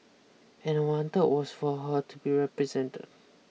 and I wanted was for her to be represent